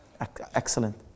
Excellent